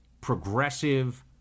progressive